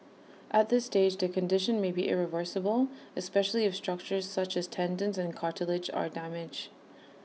at this stage the condition may be irreversible especially if structures such as tendons and cartilage are damaged